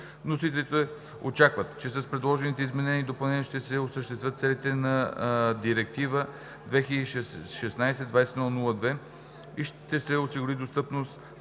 Вносителите очакват, че с предложените изменения и допълнения ще се осъществят целите на Директива (ЕС) № 2016/2102 и ще се осигури достъпност